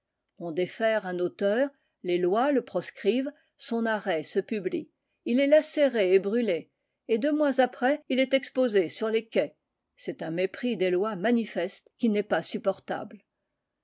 on défère un auteur les lois le proscrivent son arrêt se publie il est lacéré et brûlé et deux mois après il est exposé sur les quais c'est un mépris des lois manifeste qui n'est pas supportable